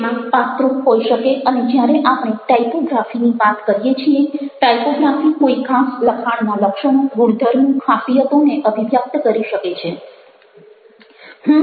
તેમાં પાત્રો હોઈ શકે અને જ્યારે આપણે ટાઇપોગ્રાફી ની વાત કરીએ છીએ ટાઇપોગ્રાફી કોઈ ખાસ લખાણના લક્ષણો ગુણધર્મો ખાસિયતોને અભિવ્યક્ત કરી શકે છે